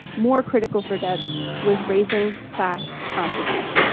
more critical for debs was raising class consciousness.